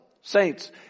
saints